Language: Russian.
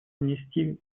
внести